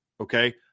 Okay